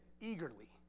eagerly